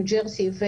ניו ג'רסי ו